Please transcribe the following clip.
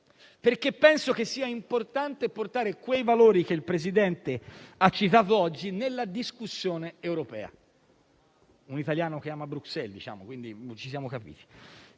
perché penso che sia importante portare i valori che il Presidente ha citato oggi nella discussione europea (intendo un italiano che ami Bruxelles, ci siamo capiti).